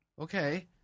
okay